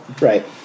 Right